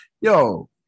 Yo